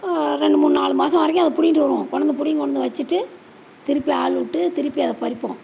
ரெண்டு மூணு நாலு மாதம் வரைக்கும் அதை பிடுங்கிட்டு வருவோம் கொண்டாந்து பிடுங்கி கொண்டுவந்து வச்சிட்டு திருப்பி ஆள்விட்டு திருப்பி அதை பறிப்போம்